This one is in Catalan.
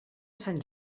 sant